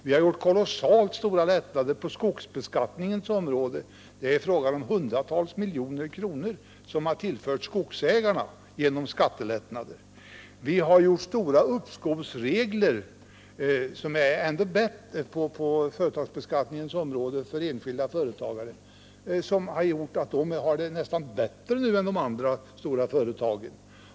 Vi har fått kolossalt stora lättnader på skogsbeskattningens område. Där är det hundratals miljoner kronor som har tillförts skogsägarna genom skattelättnader. Omfattande uppskovsregler har kommit till stånd på företagsbeskattningens område för enskilda företagare, vilket har gjort att de nu nästan har det bättre än de stora företagen.